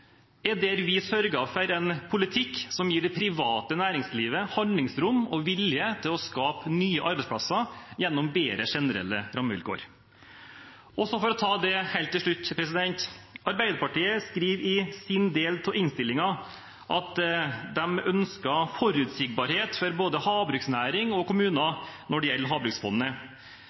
er der vi sørger for en politikk som gir det private næringslivet handlingsrom og vilje til å skape nye arbeidsplasser gjennom bedre generelle rammevilkår. For å ta det helt til slutt: Arbeiderpartiet skriver i sin del av innstillingen at de ønsker forutsigbarhet for både havbruksnæring og kommuner når det gjelder Havbruksfondet.